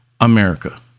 America